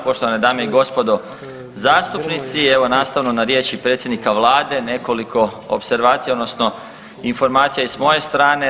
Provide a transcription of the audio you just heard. Poštovane dame i gospodo zastupnici, evo nastavno na riječi predsjednika vlade nekoliko opservacija odnosno informacija i s moje strane.